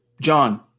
John